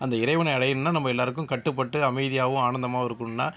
அந்த இறைவனை அடையணும்னா நம்ம எல்லாருக்கும் கட்டுப்பட்டு அமைதியாகவும் ஆனந்தமாகவும் இருக்கணும்னா